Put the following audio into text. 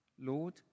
Lord